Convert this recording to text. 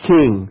King